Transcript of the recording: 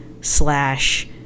slash